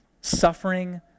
suffering